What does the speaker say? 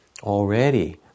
already